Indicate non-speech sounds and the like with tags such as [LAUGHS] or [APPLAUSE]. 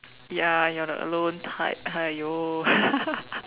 ya you're the alone type !aiyo! [LAUGHS]